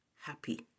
happy